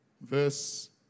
verse